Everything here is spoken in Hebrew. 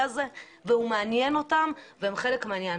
הזה והוא מעניין אותם והם חלק מהעניין,